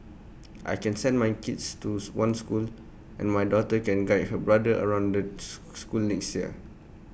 I can send my kids to one school and my daughter can guide her brother around the school next year